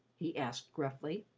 he asked gruffly.